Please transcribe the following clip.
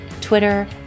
Twitter